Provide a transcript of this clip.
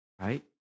right